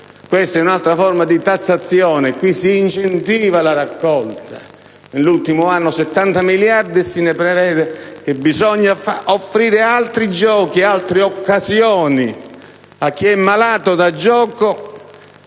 Questa è un'altra forma di tassazione. Qui si incentiva la raccolta, nell'ultimo anno per 70 miliardi, e si prevede che bisogna offrire altri giochi, altre occasioni a chi è malato da gioco